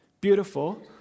beautiful